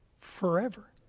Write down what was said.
forever